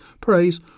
praise